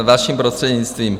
Vaším prostřednictvím.